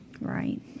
Right